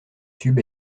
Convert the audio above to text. tube